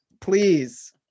please